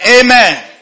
Amen